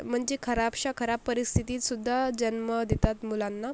म्हणजे खराबच्या खराब परिस्थितीतसुद्धा जन्म देतात मुलांना